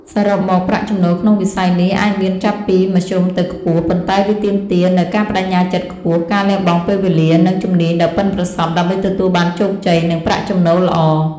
សរុបមក ប្រាក់ចំណូលក្នុងវិស័យនេះអាចមានចាប់ពី មធ្យមទៅខ្ពស់ ប៉ុន្តែវាទាមទារនូវ ការប្តេជ្ញាចិត្តខ្ពស់ ការលះបង់ពេលវេលា និង ជំនាញដ៏ប៉ិនប្រសប់ ដើម្បីទទួលបានជោគជ័យ និងប្រាក់ចំណូលល្អ។